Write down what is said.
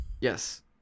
Yes